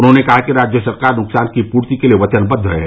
उन्होंने कहा कि राज्य सरकार नुकसान की पूर्ति के लिए वचनबद्ध है